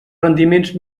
rendiments